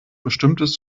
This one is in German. bestimmtes